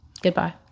goodbye